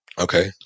Okay